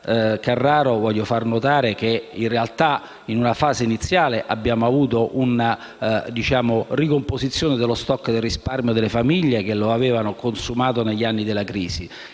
che, in una fase iniziale, abbiamo avuto una ricomposizione dello *stock* del risparmio delle famiglie che lo avevano consumato negli anni della crisi.